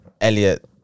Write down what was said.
Elliot